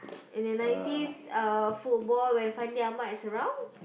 in the nineties football when Fandi-Ahmad is around